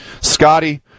Scotty